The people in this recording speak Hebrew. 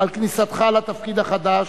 על כניסתך לתפקיד החדש,